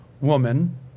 woman